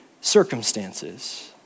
circumstances